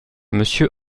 monsieur